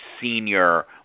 senior